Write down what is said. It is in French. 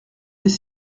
vais